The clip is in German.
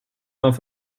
auf